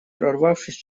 прорвавшись